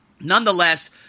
nonetheless